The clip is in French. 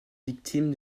victimes